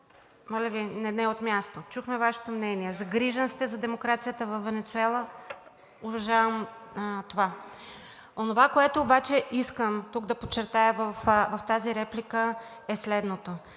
Моля Ви, не от място! Чухме Вашето мнение. Загрижен сте за демокрацията във Венецуела, уважавам това. Онова, което тук обаче искам да подчертая в тази реплика, е следното.